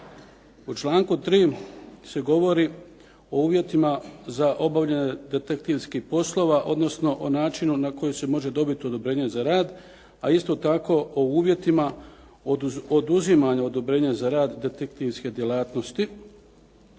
U članku 3. se govori o uvjetima za obavljanje detektivskih poslova odnosno o načinu na koji se može dobit odobrenje za rad, a isto tako o uvjetima oduzimanja odobrenja za rad detektivske djelatnosti.